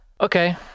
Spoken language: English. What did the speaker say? Okay